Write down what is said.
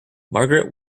margaret